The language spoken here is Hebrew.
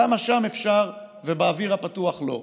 למה שם אפשר, ובאוויר הפתוח לא?